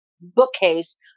bookcase